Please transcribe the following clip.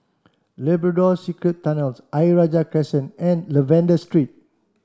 Labrador Secret Tunnels Ayer Rajah Crescent and Lavender Street